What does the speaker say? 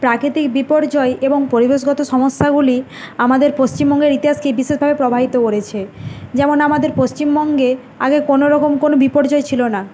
প্রাকৃতিক বিপর্যয় এবং পরিবেশগত সমস্যাগুলি আমাদের পশ্চিমবঙ্গের ইতিহাসকে বিশেষভাবে প্রবাহিত করেছে যেমন আমাদের পশ্চিমবঙ্গে আগে কোনোরকম কোনো বিপর্যয় ছিল না